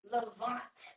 Levant